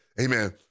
amen